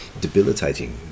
debilitating